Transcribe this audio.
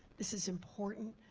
this is important.